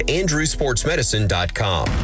andrewsportsmedicine.com